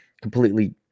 Completely